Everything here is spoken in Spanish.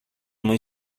muy